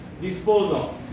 disposal